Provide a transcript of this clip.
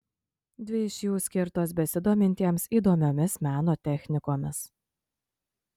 dvi iš jų skirtos besidomintiems įdomiomis meno technikomis